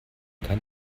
kein